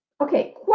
okay